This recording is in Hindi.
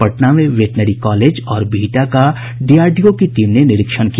पटना में वेटनरी कॉलेज और बिहटा का डीआरडीओ की टीम ने निरीक्षण किया